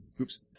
Oops